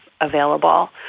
available